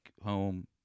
home